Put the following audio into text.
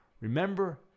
remember